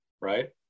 right